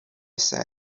said